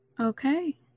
Okay